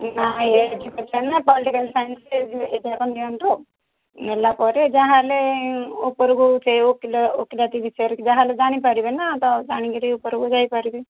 ନାଇଁ ଏଜୁକେଟେଡ଼୍ ନା political science ଏଇଟାକୁ ନିଅନ୍ତୁ ନେଲା ପରେ ଯାହେଲେ ଉପରକୁ ସେ ଓକିଲ ଓକିଲାତି ବିଷୟରେ ଯାହେଲେ ଜାଣିପାରିବେ ନା ତ ଜାଣିକିରି ଉପରକୁ ଯାଇ ପାରିବେ